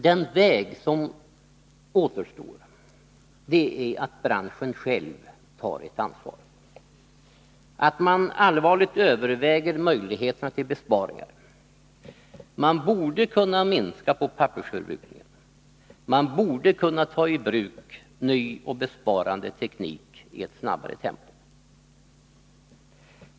Den väg som återstår är att branschen själv ” tar sitt ansvar, att man allvarligt överväger möjligheterna till besparingar. Man borde kunna minska på pappersförbrukningen, och man borde kunna ta i bruk en ny och sparande teknik i ett snabbare tempo.